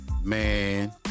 man